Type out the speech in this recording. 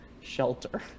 Shelter